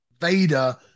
Vader